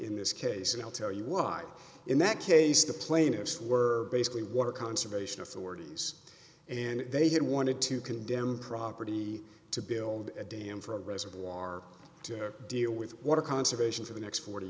in this case and i'll tell you why in that case the plaintiffs were basically water conservation authorities and they had wanted to condemn the property to build a dam for a reservoir to deal with water conservation for the next forty